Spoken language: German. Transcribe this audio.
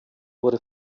wurde